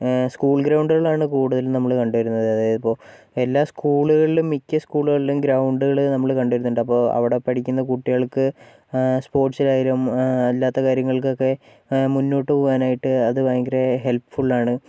school ഗ്രൗണ്ട്കളാണ് കൂടുതലും നമ്മള് കണ്ട് വരുന്നത് അതായതിപ്പോൾ എല്ലാ സ്കൂളുകളിലും മിക്ക സ്കൂളുകളിലും ഗ്രൗണ്ട്കള് നമ്മള് കണ്ടിട്ടുണ്ട് അപ്പോൾ അവിടെ പഠിക്കുന്ന കുട്ടികൾക്ക് സ്പോർട്സിലായാലും അല്ലാത്ത കാര്യങ്ങൾക്കൊക്കെ മുന്നോട്ട് പോകാനായിട്ട് അത് ഭയങ്കര ഹെൽപ്പ് ഫുള്ളാണ്